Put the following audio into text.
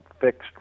fixed